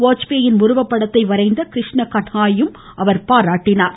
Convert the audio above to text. வாஜ்பேயின் உருவப்படத்தை வரைந்த கிருஷ்ண கண்ஹாயையும் அவர் பாராட்டினார்